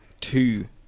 two